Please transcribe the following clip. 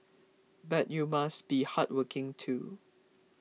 but you must be hardworking too